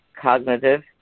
cognitive